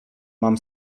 mam